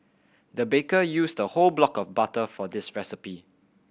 the baker used a whole block of butter for this recipe